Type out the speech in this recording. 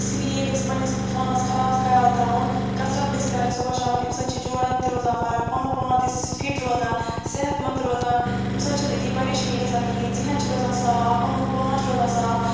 اسی لیے گژھِ پنٛنِس پانَس خاص خیال تھاوُن کثرت گژھِ کرٕنۍ صُبحس شامَن اَمہِ سۭتۍ چھِ جوڑَن تہِ روزان فرق پنُن پان تہِ فِٹ روزان صحت منٛد تہٕ روزان اَمہِ سۭتۍ چھِنہٕ أتی پریشٲنی گژھان کِہیٖنۍ ذِہن چھِ روزان صاف پنُن پان چھِ روزان صاف